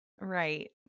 Right